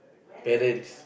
parents